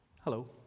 Hello